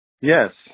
Yes